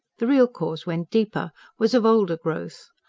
the real cause went deeper, was of older growth.